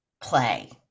play